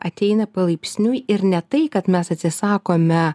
ateina palaipsniui ir ne tai kad mes atsisakome